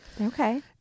Okay